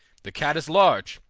the cat is large,